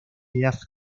ideas